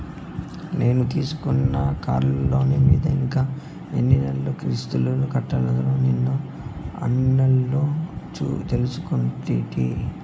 నేను తీసుకున్న కార్లోను మీద ఇంకా ఎన్ని నెలలు కిస్తులు కట్టాల్నో నిన్న ఆన్లైన్లో తెలుసుకుంటి